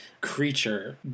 creature